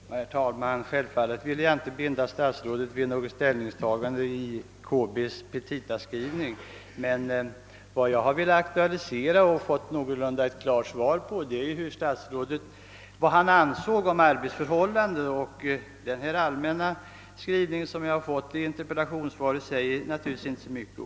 Herr talman! Självfallet vill jag inte binda statsrådet vid något ställningstagande beträffande KB:s petitaskrivning. Vad jag har velat aktualisera är arbetsförhållandena för fonoteket, och vad jag har velat veta är vad statsrådet anser om dem. Den allmänna skrivningen i interpellationssvaret säger naturligtvis inte så mycket.